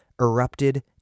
erupted